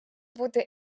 буде